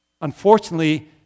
Unfortunately